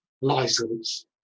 license